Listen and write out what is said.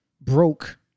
broke